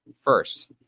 First